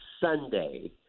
Sunday